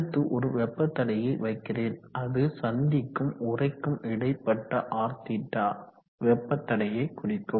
அடுத்து ஒரு வெப்ப தடையை வைக்கிறேன் அது சந்திக்கும் உறைக்கும் இடைப்பட்ட Rθ வெப்ப தடையை குறிக்கும்